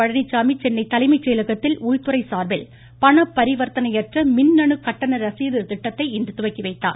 பழனிசாமி சென்னை தலைமை செயலகத்தில் உள்துறை சார்பில் பண பரிவர்த்தனையற்ற மின்னணு கட்டண ரசீது திட்டத்தை இன்று துவக்கி வைத்தார்